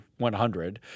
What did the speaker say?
100